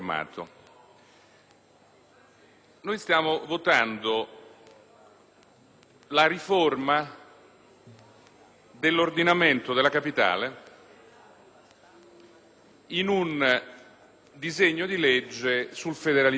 Stiamo votando la riforma dell'ordinamento della capitale in un disegno di legge sul federalismo fiscale.